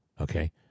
Okay